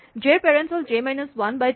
J ৰ parent হ'ল J minus one by two